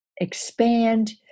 expand